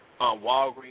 Walgreens